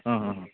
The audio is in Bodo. ओम